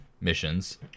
missions